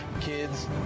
kids